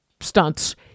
stunts